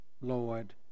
Lord